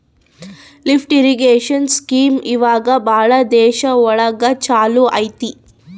lift irrigation scheme ಇವಾಗ ಭಾಳ ದೇಶ ಒಳಗ ಚಾಲೂ ಅಯ್ತಿ